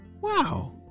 Wow